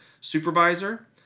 supervisor